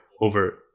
over